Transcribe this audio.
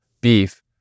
beef